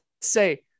say